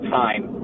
time